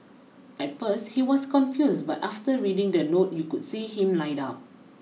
at first he was confused but after reading the note you could see him light up